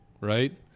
right